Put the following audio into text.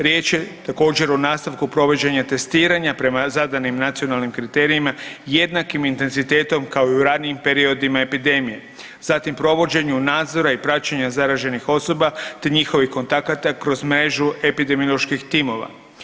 Riječ je također o nastavku provođenja testiranja prema zadanim nacionalnim kriterijima, jednakim intenzitetom kao i u ranijim periodima epidemije, zatim provođenju nadzora i praćenja zaraženih osoba te njihovih kontakata kroz mrežu epidemioloških timova.